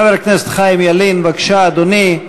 חבר הכנסת חיים ילין, בבקשה, אדוני.